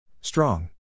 Strong